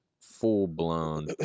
full-blown